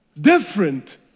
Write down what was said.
different